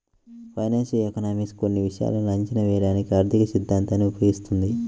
financial economics కొన్ని విషయాలను అంచనా వేయడానికి ఆర్థికసిద్ధాంతాన్ని ఉపయోగిస్తుంది